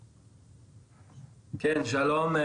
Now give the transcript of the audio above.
שלום,